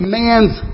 man's